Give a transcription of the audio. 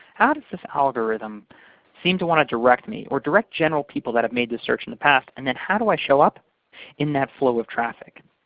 how does this algorithm seem to want to direct me or direct general people that have made this search in the past, and then how do i show up in that flow of traffic?